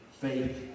faith